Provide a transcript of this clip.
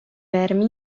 vermi